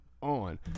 on